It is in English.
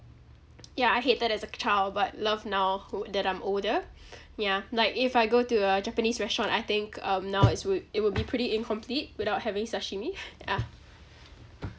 ya I hate that as a child but love now that I'm older ya like if I go to a japanese restaurant I think um now is would it would be pretty incomplete without having sashimi yeah